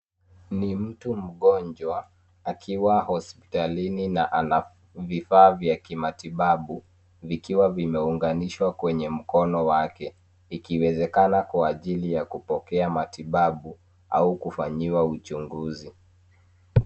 Ni mtu mgonjwa akiwa hospitalini na ana vifaa vya kimatibabu vikiwa vimeunganishwa kwenye mkono wake ikiwezekana kwa ajili ya kupokea matibabu au kufanyiwa uchunguzi.